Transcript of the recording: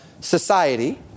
society